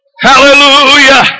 Hallelujah